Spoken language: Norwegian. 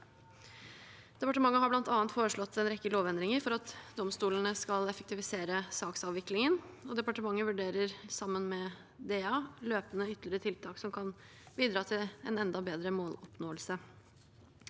Departementet har bl.a. foreslått en rekke lovendringer for at domstolene skal effektivisere saksavviklingen. Departementet vurderer løpende, sammen med Domstoladministrasjonen, ytterligere tiltak som kan bidra til en enda bedre måloppnåelse.